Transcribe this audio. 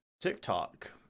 TikTok